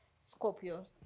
Scorpio